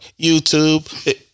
YouTube